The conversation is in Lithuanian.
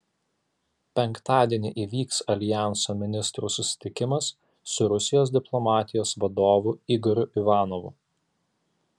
penktadienį įvyks aljanso ministrų susitikimas su rusijos diplomatijos vadovu igoriu ivanovu